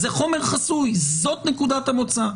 זה חומר חסוי, זאת נקודת המוצא.